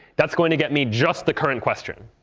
that's going to get me just the current question.